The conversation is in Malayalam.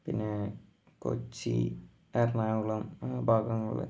പിന്നെ കൊച്ചി എറണാകുളം ആ ഭാഗങ്ങൾ